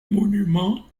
monuments